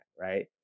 right